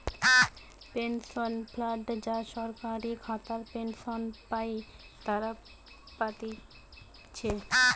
pension fund যারা সরকারি খাতায় পেনশন পাই তারা পাতিছে